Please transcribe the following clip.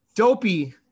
Dopey